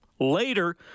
Later